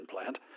plant